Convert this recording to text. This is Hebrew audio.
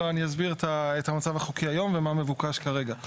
אני אסביר את המצב החוקי היום ומה מבוקש כרגע.